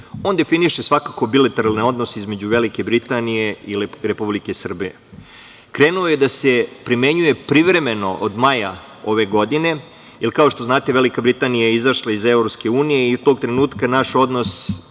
on definiše svakako bilateralne odnose između Velike Britanije i Republike Srbije. Krenuo je da se primenjuje privremeno od maja ove godine. Kao što znate, Velika Britanija je izašla iz EU i do tog trenutka naš odnos